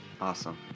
awesome